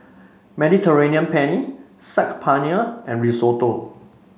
Mediterranean Penne Saag Paneer and Risotto